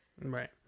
Right